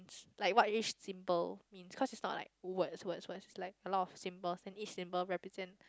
like what each symbol means because is not like words words words is like a lot of symbols and each symbol represents